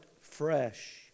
fresh